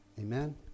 Amen